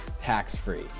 tax-free